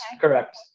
correct